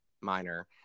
minor